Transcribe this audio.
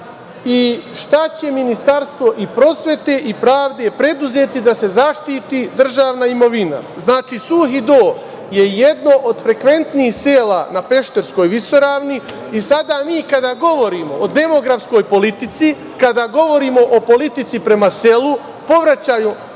i šta će Ministarstvo prosvete i Ministarstvo pravde preduzeti da se zaštiti državna imovina? Znači, Suvi Dol je jedno od frekventnih sela na Pešterskoj visoravni i sada mi kada govorimo o demografskoj politici, kada govorimo o politici prema selu, povraćaju